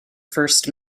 first